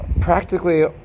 practically